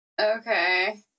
Okay